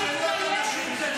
מירב, מה אשמה האישה שלו?